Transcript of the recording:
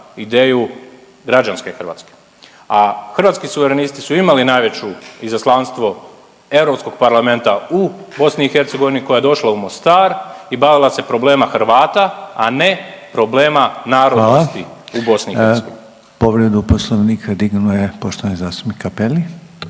ideju građanske Hrvatske. A Hrvatski suverenisti su imali najveću izaslanstvo Europskog parlamenta u BiH koja je došla u Mostar i bavila se problema Hrvata, a ne problema narodnosti …/Upadica: Hvala./… u BiH. **Reiner, Željko (HDZ)** Povredu Poslovnika dignuo je poštovani zastupnik Cappelli.